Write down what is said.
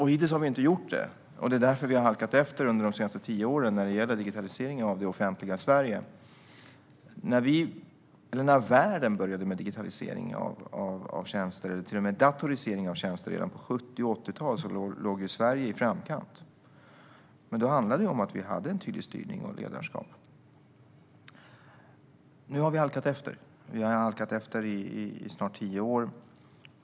Hittills har vi inte gjort det, och det är därför vi har halkat efter under de senaste tio åren när det gäller digitaliseringen av det offentliga Sverige. När världen började med digitalisering och till och med datorisering av tjänster redan på 70 och 80-talen låg Sverige i framkant, men då hade vi en tydlig styrning och ledarskap. Nu har vi halkat efter. Vi har halkat efter i snart tio år.